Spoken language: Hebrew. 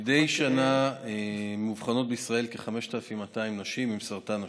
מדי שנה מאובחנות בישראל כ-5,200 נשים עם סרטן השד,